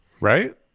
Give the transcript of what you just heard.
Right